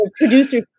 producer